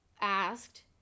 asked